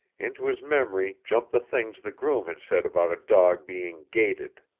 into his memory jumped the things the groom had said about a dog being gated.